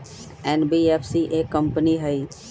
NBFC एक company हई?